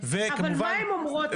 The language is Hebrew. מה הן אומרות ההסתייגויות?